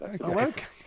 okay